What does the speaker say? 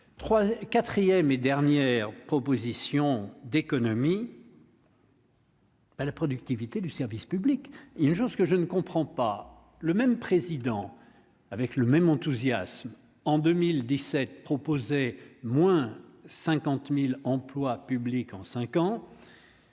4ème et dernière proposition d'économie. La productivité du service public, une chose que je ne comprends pas le même président avec le même enthousiasme en 2017 proposé moins 50000 emplois publics en cinq